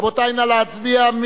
רבותי, נא להצביע.